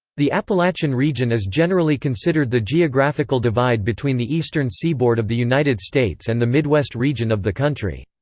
the appalachian region is generally considered the geographical divide between the eastern seaboard of the united states and the midwest region of the country.